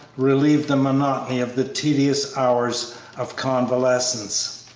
relieved the monotony of the tedious hours of convalescence.